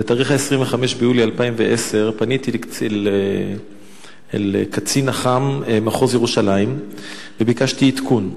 ב-25 ביולי 2010 פניתי אל קצין אח"מ מחוז ירושלים וביקשתי עדכון.